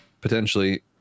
potentially